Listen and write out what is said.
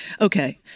Okay